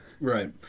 right